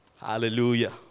Hallelujah